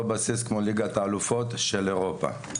אותו בסיס כמו ליגת האלופות של אירופה.